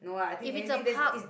if it's a park